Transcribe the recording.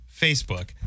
Facebook